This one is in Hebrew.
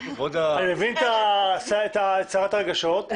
מבין את סערת הרגשות.